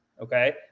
Okay